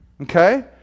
Okay